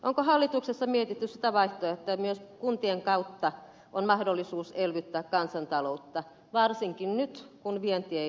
onko hallituksessa mietitty sitä vaihtoehtoa että myös kuntien kautta on mahdollista elvyttää kansantaloutta varsinkin nyt kun vienti ei vedä